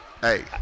hey